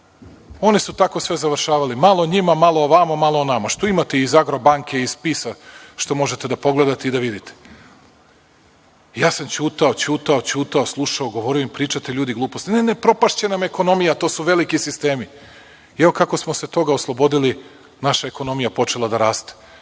Oni su tako sve završavali, malo njima, malo ovamo, malo onamo, što imate iz „Agrobanke“, što možete da pogledate i da vidite. Ja sam ćutao, ćutao, ćutao, slušao, govorio pričate ljudi gluposti, ne, ne, propašće nam ekonomija, to su veliki sistemi. Evo kako smo se toga oslobodili, naša ekonomija je počela da raste.